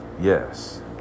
Yes